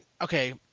Okay